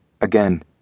again